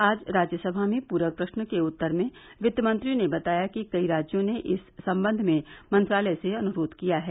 आज राज्यसभा में पूरक प्रश्न के उत्तर में वित्तमंत्री ने बताया कि कई राज्यों ने इस संबंध में मंत्रालय से अनुरोध किया है